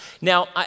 Now